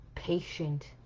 patient